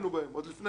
עוד לפני שאני הייתי.